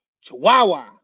Chihuahua